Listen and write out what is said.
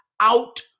out